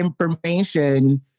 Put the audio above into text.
information